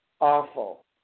awful